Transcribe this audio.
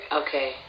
okay